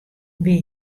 wie